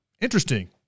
Interesting